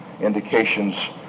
indications